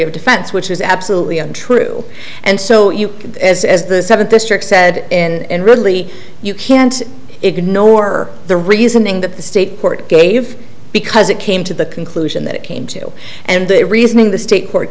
of defense which is absolutely untrue and so you as the seventh district said and really you can't ignore the reasoning that the state court gave because it came to the conclusion that it came to and the reasoning the state court